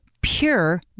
pure